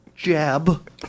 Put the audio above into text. jab